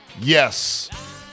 Yes